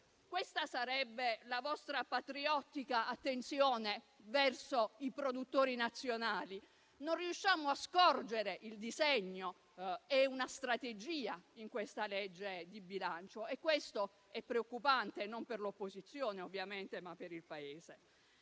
Questa sarebbe la vostra patriottica attenzione verso i produttori nazionali? Non riusciamo a scorgere il disegno e una strategia in questa legge di bilancio: questo è preoccupante, non per l'opposizione ovviamente, ma per il Paese.